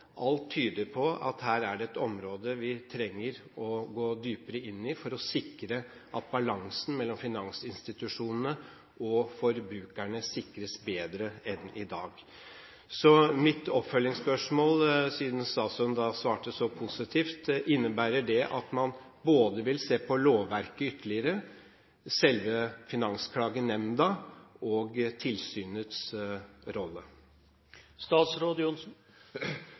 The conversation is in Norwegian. Alt tyder på at her er det et område vi trenger å gå dypere inn i for å sikre balansen mellom finansinstitusjonene og forbrukerne bedre enn i dag. Så mitt oppfølgingsspørsmål er: Siden statsråden svarte så positivt, innebærer det at man vil se ytterligere på både lovverket, selve Finansklagenemnda og tilsynets rolle?